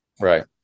Right